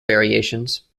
variations